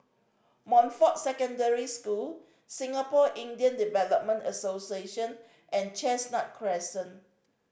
Montfort Secondary School Singapore Indian Development Association and Chestnut Crescent